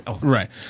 Right